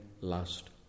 last